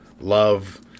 love